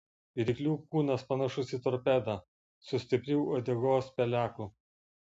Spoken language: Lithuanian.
ryklių kūnas panašus į torpedą su stipriu uodegos peleku